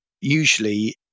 Usually